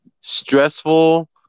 stressful